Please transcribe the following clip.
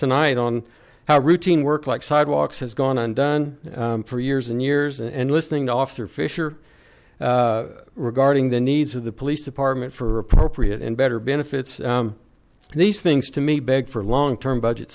tonight on how routine work like sidewalks has gone and done for years and years and listening to offer fisher regarding the needs of the police department for appropriate and better benefits these things to me beg for long term budget